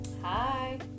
Hi